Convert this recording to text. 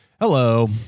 Hello